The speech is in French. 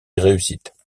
réussite